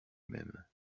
même